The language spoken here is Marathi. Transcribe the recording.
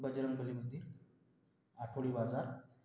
बजरंगबली मंदिर आठवडी बाजार